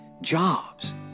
jobs